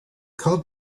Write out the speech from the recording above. called